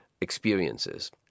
experiences